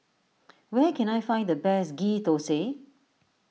where can I find the best Ghee Thosai